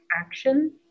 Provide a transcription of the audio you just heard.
action